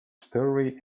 storey